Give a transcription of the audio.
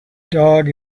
dog